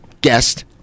guest